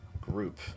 group